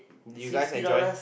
did you guys enjoy